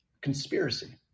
Conspiracy